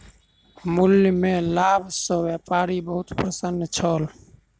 मूल्य में लाभ सॅ व्यापारी बहुत प्रसन्न छल